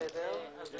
אנחנו